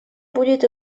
будет